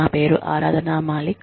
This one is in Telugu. నా పేరు ఆరాధన మాలిక్